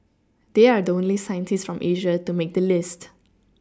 they are the only scientists from Asia to make the list